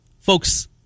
folks